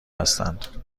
هستند